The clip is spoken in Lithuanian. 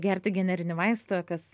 gerti generinį vaistą kas